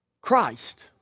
Christ